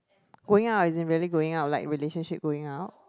going out as in really going out like relationship going out